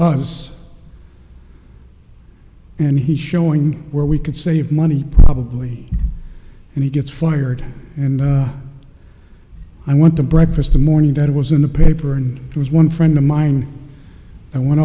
us and he's showing where we can save money probably and he gets fired and i went to breakfast the morning that it was in the paper and it was one friend of mine